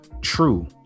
true